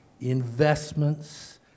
investments